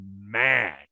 mad